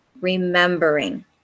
remembering